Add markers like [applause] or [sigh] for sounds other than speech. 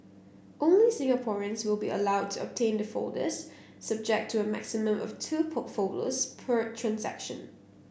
only Singaporeans will be allowed to obtain the folders subject to a maximum of two [unintelligible] folders per transaction